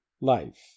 Life